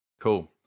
cool